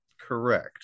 correct